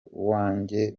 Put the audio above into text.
uwanjye